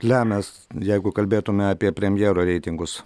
lemia jeigu kalbėtume apie premjero reitingus